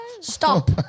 Stop